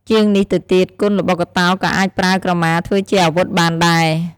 ជាងនេះទៅទៀត គុនល្បុក្កតោក៏អាចប្រើក្រមាធ្វើជាអាវុធបានដែរ ។